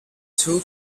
two